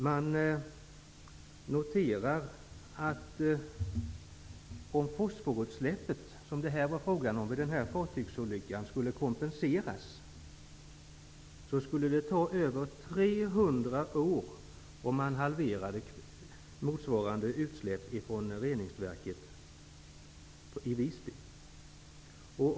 Man noterar vidare att om fosforutsläppet, som det var fråga om i denna fartygsolycka, skall kompenseras, skulle det ta över 300 år med en halvering av motsvarande utsläpp från reningsverket i Visby.